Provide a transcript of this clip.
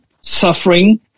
suffering